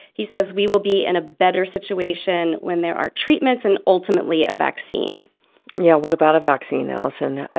he says we will be in a better situation when there are treatments and ultimately a vaccine yeah. what about a vaccine, allison?